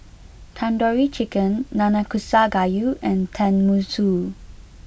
Tandoori Chicken Nanakusa gayu and Tenmusu